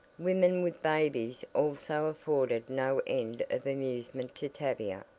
women with babies also afforded no end of amusement to tavia,